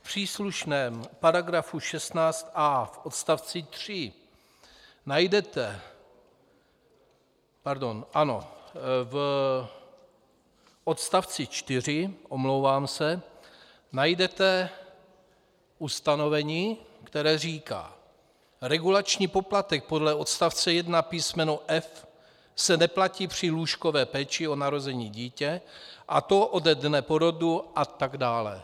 V příslušném § 16 a v odstavci 3 najdete... pardon, ano, v odstavci 4, omlouvám se, najdete ustanovení, které říká: regulační poplatek podle odstavce 1f) se neplatí při lůžkové péči o narozené dítě, a to ode dne porodu, a tak dále.